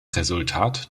resultat